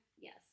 yes